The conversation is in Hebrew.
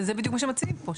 זה בדיוק מה שמציעים פה.